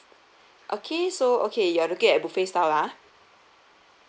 okay so okay you're looking at buffet style lah